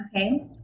okay